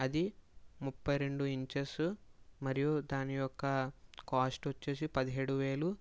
అది ముప్పైరెండు ఇంచెస్ మరియు దాని యొక్క కాస్ట్ వచ్చేసి పదిహేడువేలు